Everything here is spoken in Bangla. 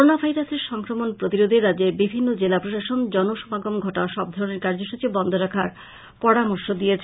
করোনা ভাইরাসের সংক্রামন প্রতিরোধে রাজ্যের বিভিন্ন জেলা প্রশাসন জনসামাগম ঘটা সবধরনের কার্য্যসূচী বন্ধ রাখার পরামর্শ দিয়েছে